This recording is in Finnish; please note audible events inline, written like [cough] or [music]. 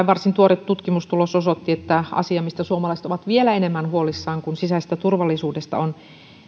[unintelligible] varsin tuore tutkimustulos osoitti että asia mistä suomalaiset ovat vielä enemmän huolissaan kuin sisäisestä turvallisuudesta on